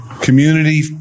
community